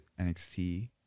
NXT